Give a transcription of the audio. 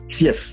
Yes